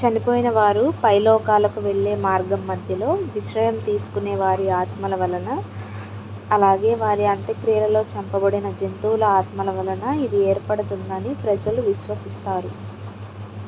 చనిపోయిన వారు పైలోకాలకు వెళ్ళే మార్గం మధ్యలో విశ్రయం తీసుకునే వారి ఆత్మల వలన అలాగే వారి అంత్యక్రియలలో చంపబడిన జంతువుల ఆత్మల వలన ఇది ఏర్పడుతుందని ప్రజలు విశ్వసిస్తారు